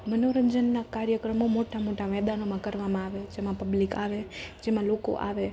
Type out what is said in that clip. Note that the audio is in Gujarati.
મનોરંજનના કાર્યક્રમો મોટા મોટા મેદાનોમાં કરવામાં આવે છે જેમાં પબ્લીક આવે જેમાં લોકો આવે